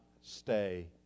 stay